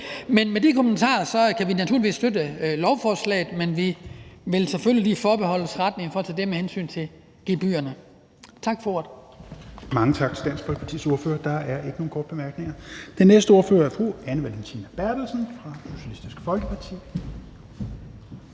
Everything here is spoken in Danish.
det. Med de kommentarer kan vi naturligvis støtte lovforslaget, men vi vil selvfølgelig lige forbeholde os retten til at se på det med gebyrerne. Tak for ordet.